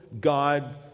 God